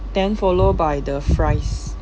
then follow by the fries